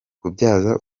kubyaza